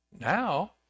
Now